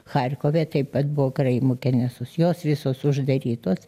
charkove taip pat buvo karaimų kenesos jos visos uždarytos